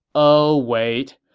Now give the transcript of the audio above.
oh wait,